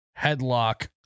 headlock